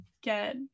get